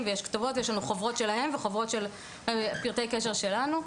ויש כתובות ויש לנו חוברות שלהם ופרטי קשר שלנו.